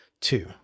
two